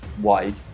wide